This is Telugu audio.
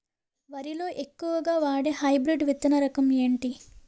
వరి లో ఎక్కువుగా వాడే హైబ్రిడ్ విత్తన రకం ఏంటి?